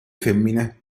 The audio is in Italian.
femmine